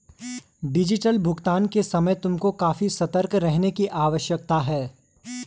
digital भुगतान के समय तुमको काफी सतर्क रहने की आवश्यकता है